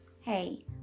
Hey